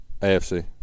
AFC